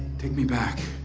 take me back.